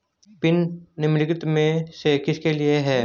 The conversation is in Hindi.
पिन निम्नलिखित में से किसके लिए है?